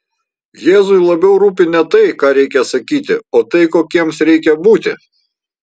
jėzui labiau rūpi ne tai ką reikia sakyti o tai kokiems reikia būti